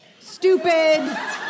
stupid